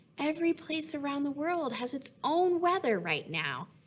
every place around the world has its own weather right now.